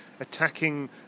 attacking